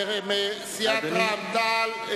סיעת רע"ם-תע"ל.